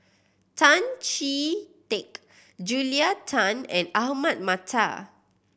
Tan Chee Teck Julia Tan and Ahmad Mattar